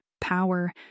power